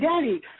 Daddy